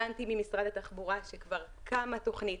הבנתי ממשרד התחבורה שכבר קמה תוכנית,